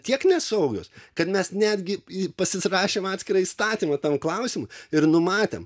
tiek nesaugios kad mes netgi pasirašėm atskirą įstatymą tam klausimui ir numatėm